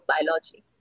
biology